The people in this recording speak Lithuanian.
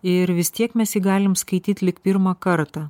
ir vis tiek mes jį galim skaityt lyg pirmą kartą